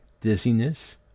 dizziness